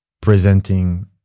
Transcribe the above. presenting